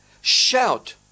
shout